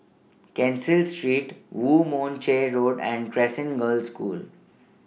Cecil Street Woo Mon Chew Road and Crescent Girls' School